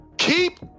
Keep